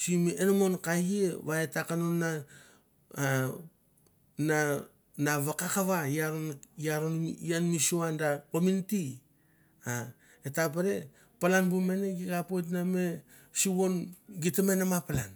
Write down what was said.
simi enmon ka i va et ta konon na na vakaka va i aron iaron mi sua da kominiti a eta pere palan bu mene gi kapoit na me suvan gite me nama polan